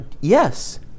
Yes